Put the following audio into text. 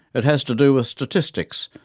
it has to do with statistics,